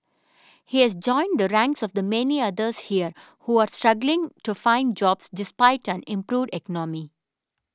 he has joined the ranks of the many others here who are struggling to find jobs despite an improved economy